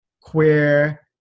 queer